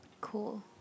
cool